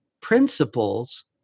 principles